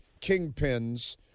kingpins